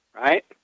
right